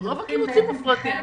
-- רוב הקיבוצים מופרטים.